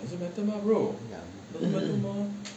ya